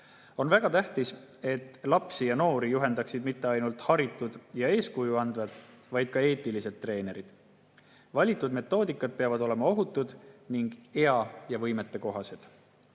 On väga tähtis, et lapsi ja noori juhendaksid mitte ainult haritud ja eeskuju andvad, vaid ka eetilised treenerid. Valitud metoodikad peavad olema ohutud ning ea‑ ja võimetekohased.